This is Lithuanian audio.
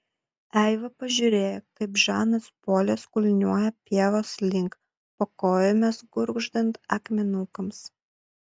eiva pažiūrėjo kaip žanas polis kulniuoja pievos link po kojomis gurgždant akmenukams